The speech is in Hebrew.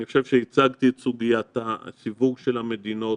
אני חושב שהצגתי את סוגיית הסיווג של המדינות.